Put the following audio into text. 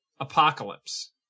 Apocalypse